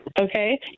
Okay